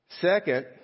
Second